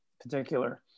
particular